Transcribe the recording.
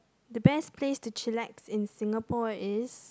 the best place to chillax in Singapore is